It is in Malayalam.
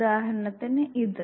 ഉദാഹരണത്തിന് ഇത്